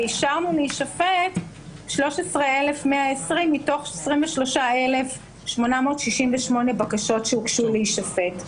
ואישרנו להישפט ל-13,120 מתוך 23,868 בקשות שהוגשו להישפט.